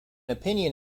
opinion